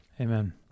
Amen